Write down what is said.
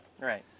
Right